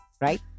Right